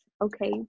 Okay